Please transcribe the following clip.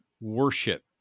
worship